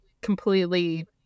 completely